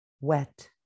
wet